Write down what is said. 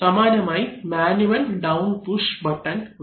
സമാനമായി manual down push button ഉണ്ട്